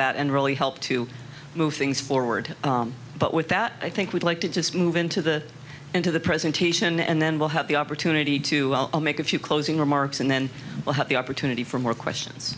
that and really help to move things forward but with that i think we'd like to just move into the into the presentation and then we'll have the opportunity to make a few closing remarks and then we'll have the opportunity for more questions